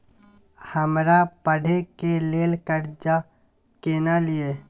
हमरा पढ़े के लेल कर्जा केना लिए?